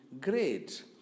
great